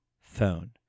Phone